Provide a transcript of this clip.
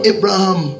Abraham